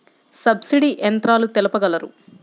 Subsidy యంత్రాలు తెలుపగలరు?